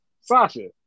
Sasha